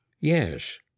Yes